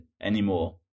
Anymore